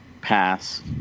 pass